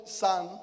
son